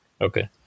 Okay